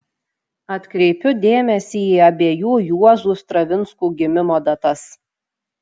atkreipiu dėmesį į abiejų juozų stravinskų gimimo datas